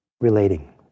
relating